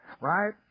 Right